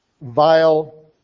vile